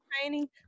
training